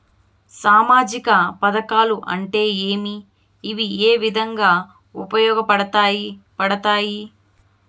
సామాజిక పథకాలు అంటే ఏమి? ఇవి ఏ విధంగా ఉపయోగపడతాయి పడతాయి?